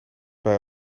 bij